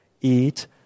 eat